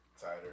tighter